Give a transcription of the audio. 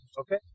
Okay